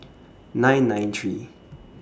nine nine three